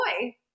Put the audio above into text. boy